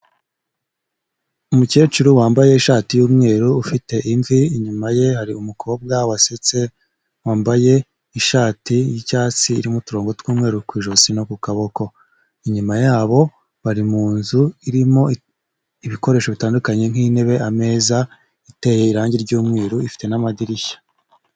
Umukecuru wambaye ishati y'umweru ufite imvi, inyuma ye hari umukobwa wasetse wambaye ishati y'icyatsi irimo uturongo tw'umweru ku ijosi no ku kaboko, inyuma yabo bari muzu irimo ibikoresho bitandukanye nk'intebe, ameza, iteye irangi ry'umweru ifite n'amadirishya.